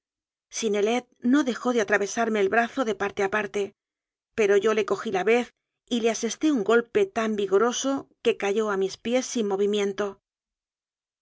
synnelet no dejó de atravesarme el brazo de parte a parte pero yo le cogí la vez y le ases té un golpe tan vigoroso que cayó a mis pies sin movimiento